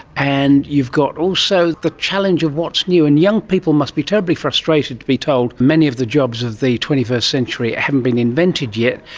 and you've got also the challenge of what's new. and young people must be terribly frustrated to be told many of the jobs of the twenty first century haven't been invented yet,